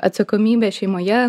atsakomybė šeimoje